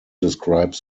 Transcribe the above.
describe